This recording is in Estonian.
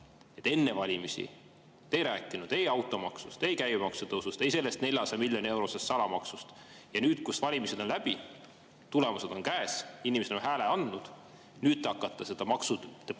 te enne valimisi ei rääkinud ei automaksust, ei käibemaksu tõusust, ei sellest 400 miljoni eurosest salamaksust, ja nüüd, kui valimised on läbi ja tulemused on käes, inimesed on oma hääle andnud, hakkate te seda maksudebatti